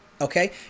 okay